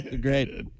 Great